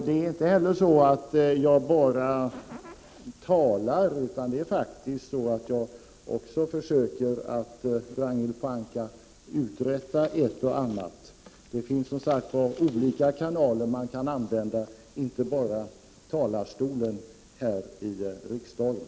Det är inte så, Ragnhild Pohanka, att jag bara talar utan jag försöker faktiskt uträtta ett och annat. Det finns som sagt flera kanaler som man kan använda, inte bara talarstolen här i riksdagen.